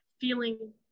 feeling